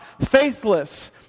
Faithless